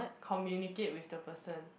communicate with the person